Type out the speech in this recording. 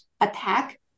attack